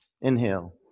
inhale